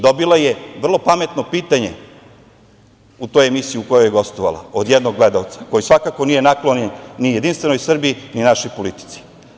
Dobila je vrlo pametno pitanje u toj emisiji u kojoj je gostovala od jednog gledaoca, koji, svakako nije naklonjen ni Jedinstvenoj Srbiji, ni našoj politici.